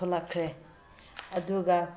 ꯊꯣꯂꯛꯈ꯭ꯔꯦ ꯑꯗꯨꯒ